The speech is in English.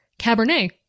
Cabernet